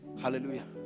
Hallelujah